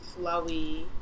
flowy